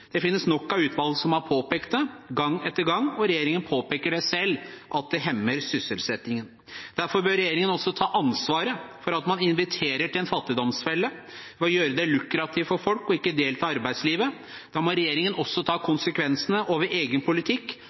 Det finnes nok av utvalg som har påpekt det, gang på gang, og regjeringen påpeker selv at det hemmer sysselsettingen. Derfor bør regjeringen også ta ansvaret for at man inviterer til en fattigdomsfelle og gjør det lukrativt for folk å ikke delta i arbeidslivet. Da må regjeringen også ta konsekvensene av egen politikk.